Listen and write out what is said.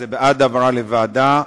זה בעד העברה לוועדה,